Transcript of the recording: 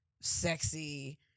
sexy